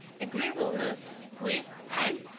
agreeableness, wit, and,